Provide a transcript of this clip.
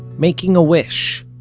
making a wish,